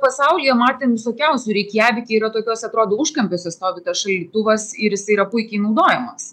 pasaulyje matėm visokiausių reikjavike yra tokiuose atrodo užkampiuose stovi tas šaldytuvas ir jis yra puikiai naudojamas